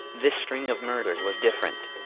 this string of murders was different.